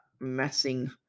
messing